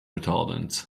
retardants